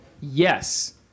Yes